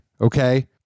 okay